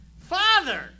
father